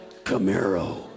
Camaro